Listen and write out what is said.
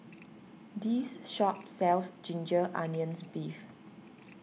this shop sells Ginger Onions Beef